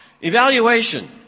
Evaluation